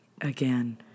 again